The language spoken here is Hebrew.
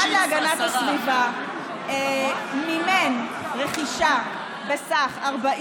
שהמשרד להגנת הסביבה מימן רכישה בסך 40